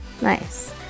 nice